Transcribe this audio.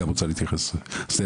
גם אני